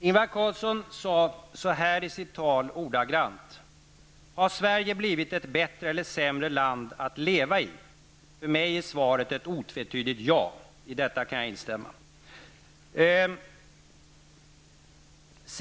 Ingvar Carlsson sade så här i sitt tal: Har Sverige blivit ett bättre eller ett sämre land att leva i? För mig är svaret otvetydigt ja. I detta kan jag instämma.